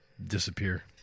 Disappear